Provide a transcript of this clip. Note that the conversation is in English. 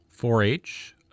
4-H